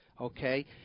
okay